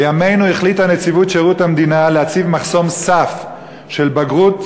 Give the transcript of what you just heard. בימינו החליטה נציבות שירות המדינה להציב מחסום סף של בגרות